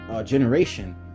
Generation